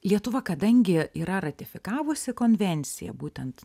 lietuva kadangi yra ratifikavusi konvenciją būtent